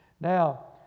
Now